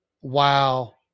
wow